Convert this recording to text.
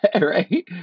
right